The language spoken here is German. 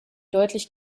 deutlich